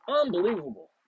Unbelievable